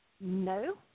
No